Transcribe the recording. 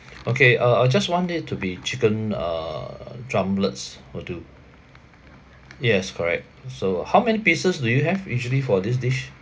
okay uh I'll just want it to be chicken uh drumlets will do yes correct so how many pieces do you have usually for this dish